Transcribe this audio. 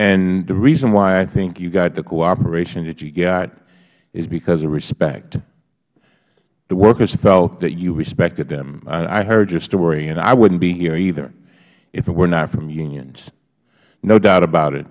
and the reason why i think you got the cooperation that you got is because of respect the workers felt that you respected them i heard your story and i wouldnt be here either if it were not for unions no doubt about it